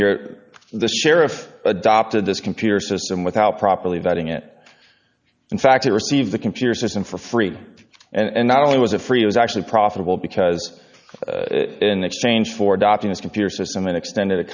here the sheriff adopted this computer system without properly vetting it in fact it received the computer system for free and not only was it free it was actually profitable because in exchange for adopting this computer system and extended a